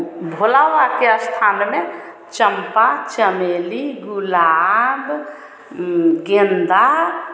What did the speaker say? भोला बाबा के स्थान में चम्पा चमेली गुलाब गेन्दा